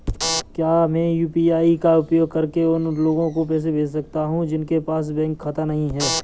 क्या मैं यू.पी.आई का उपयोग करके उन लोगों को पैसे भेज सकता हूँ जिनके पास बैंक खाता नहीं है?